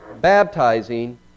baptizing